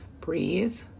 breathe